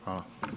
Hvala.